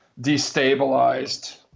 destabilized